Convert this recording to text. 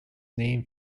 name